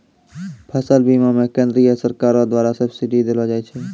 फसल बीमा मे केंद्रीय सरकारो द्वारा सब्सिडी देलो जाय छै